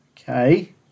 Okay